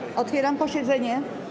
Otwieram posiedzenie.